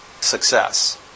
success